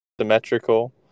symmetrical